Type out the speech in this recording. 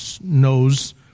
knows